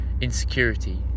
insecurity